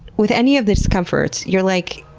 with any of the discomforts, you're like,